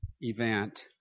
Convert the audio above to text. event